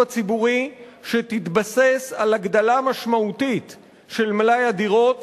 הציבורי שתתבסס על הגדלה משמעותית של מלאי הדירות